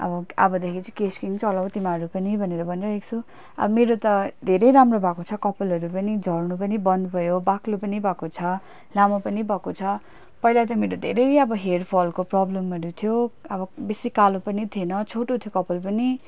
अब अबदेखि चाहिँ केश किङ चलाऊ तिमीहरू पनि भनेर भनिरहेको छु अब मेरो त धेरै राम्रो भएको छ कपालहरू पनि झर्नु पनि बन्द भयो बाक्लो पनि भएको छ लामो पनि भएको छ पहिला चाहिँ मेरो धेरै अब हेयर फलको पनि प्रब्लमहरू थियो अब बेसी कालो पनि थिएन छोटो थियो कपाल पनि